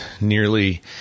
nearly